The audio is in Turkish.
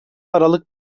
aralık